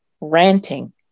ranting